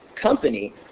company